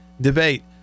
debate